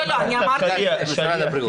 לא, אני אמרתי את זה --- משרד הבריאות.